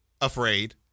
afraid